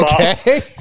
Okay